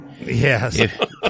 Yes